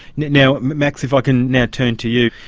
now max, if i can now turn to you.